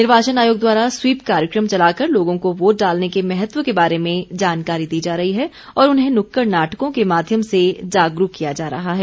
निर्वाचन आयोग द्वारा स्वीप कार्यक्रम चलाकर लोगों को वोट डालने के महत्व के बारे में जानकारी दी जा रही है और उन्हें नुक्कड़ नाटकों के माध्यम से जागरूक किया जा रहा है